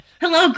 Hello